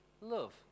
love